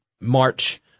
March